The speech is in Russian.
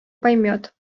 поймет